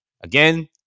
again